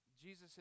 Jesus